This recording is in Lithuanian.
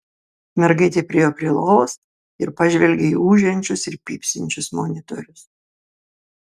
mergaitė priėjo prie lovos ir pažvelgė į ūžiančius ir pypsinčius monitorius